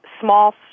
small